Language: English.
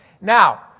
Now